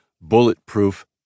bulletproof